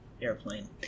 airplane